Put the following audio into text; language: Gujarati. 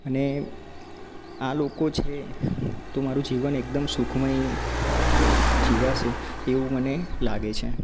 અને આ લોકો છે તો મારું જીવન એકદમ સુખમય જીવાશે એવું મને લાગે છે